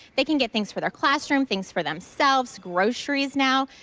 they can get things for their classroom, things for themselves groceries now.